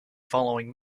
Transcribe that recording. following